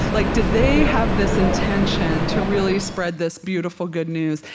like did they have this intention to really spread this beautiful good news?